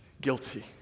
Guilty